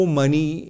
money